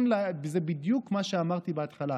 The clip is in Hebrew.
זה בדיוק מה שאמרתי בהתחלה.